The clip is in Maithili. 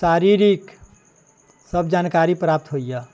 शारिरिक सब जानकारी प्राप्त होइया